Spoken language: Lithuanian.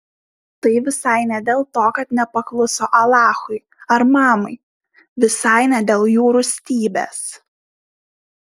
tai visai ne dėl to kad nepakluso alachui ar mamai visai ne dėl jų rūstybės